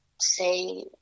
say